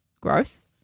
Growth